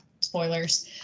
spoilers